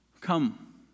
come